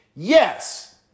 Yes